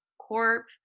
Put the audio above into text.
Corp